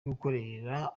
gukorera